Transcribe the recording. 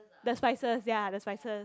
the spices ya the spices